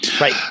Right